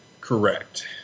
Correct